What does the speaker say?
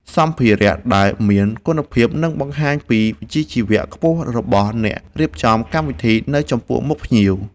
សម្ភារៈដែលមានគុណភាពនឹងបង្ហាញពីវិជ្ជាជីវៈខ្ពស់របស់អ្នករៀបចំកម្មវិធីនៅចំពោះមុខភ្ញៀវ។